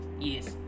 yes